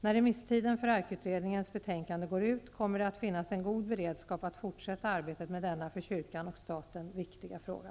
När remisstiden för ERK-utredningens betänkande går ut kommer det att finnas en god beredskap att fortsätta arbetet med denna -- för kyrkan och staten -- viktiga fråga.